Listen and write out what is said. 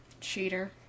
Cheater